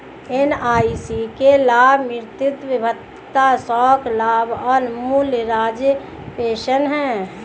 NIC के लाभ मातृत्व भत्ता, शोक लाभ और मूल राज्य पेंशन हैं